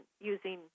using